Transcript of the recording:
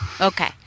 Okay